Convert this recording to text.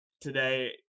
today